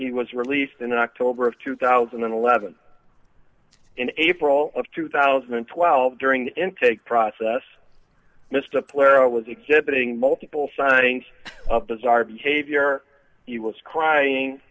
he was released in october of two thousand and eleven in april of two thousand and twelve during the intake process missed a player was exhibiting multiple sightings of bizarre behavior he was